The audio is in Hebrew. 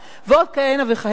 ועוד כהנה וכהנה.